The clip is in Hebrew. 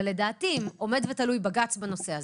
לדעתי אם עומד ותלוי בג"ץ בנושא הזה,